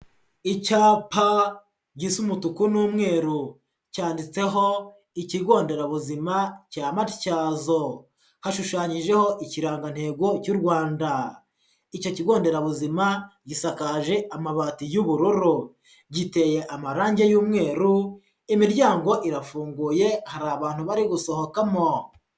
Icyapa gisa umutuku n'umweru cyanditseho ikigo nderabuzima cya Matyazo, hashushanyijeho ikirangantego cy'u Rwanda, icyo kigo nderabuzima gisakaje amabati y'ubururu, giteye amarange y'umweru, imiryango irafunguye hari abantu bari gusohokamo.